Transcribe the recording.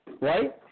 Right